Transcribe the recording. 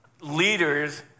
leaders